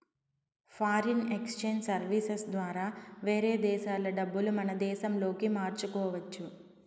foreign exchange services ద్వారా వేరే దేశాల డబ్బులు మన దేశంలోకి మార్చుకోవచ్చు